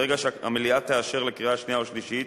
ברגע שהמליאה תאשר בקריאה שנייה ושלישית,